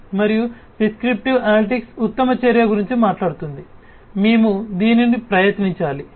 మరియు prescriptive analytics ఉత్తమ చర్య గురించి మాట్లాడుతుంది మేము దీనిని ప్రయత్నించాలి